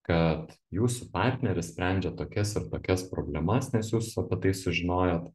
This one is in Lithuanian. kad jūsų partneris sprendžia tokias ir tokias problemas nes jūs apie tai sužinojot